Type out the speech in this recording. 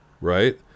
right